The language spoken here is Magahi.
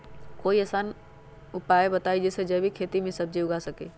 कोई आसान उपाय बताइ जे से जैविक खेती में सब्जी उगा सकीं?